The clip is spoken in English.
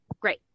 great